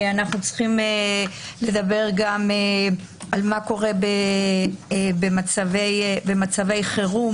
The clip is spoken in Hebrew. עלינו לדבר גם על מה קורה במצבי חירום,